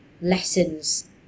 lessons